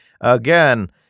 again